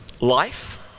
Life